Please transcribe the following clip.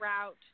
route